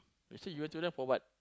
you said you wear tudung for what